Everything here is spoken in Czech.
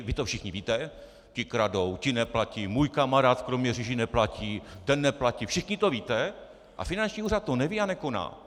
Vy to všichni víte: ti kradou, ti neplatí, můj kamarád v Kroměříži neplatí, ten neplatí všichni to víte a finanční úřad to neví a nekoná.